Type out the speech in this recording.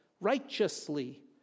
righteously